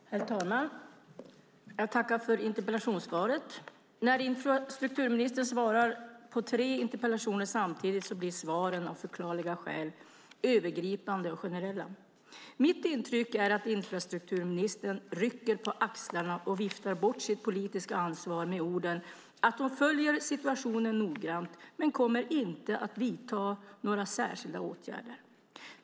Herr talman! Jag tackar för interpellationssvaret. När infrastrukturministern svarar på tre interpellationer samtidigt blir svaren av förklarliga skäl övergripande och generella. Mitt intryck är att infrastrukturministern rycker på axlarna och viftar bort sitt politiska ansvar med orden att hon följer situationen noggrant men inte kommer att vidta några särskilda åtgärder.